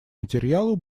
материалу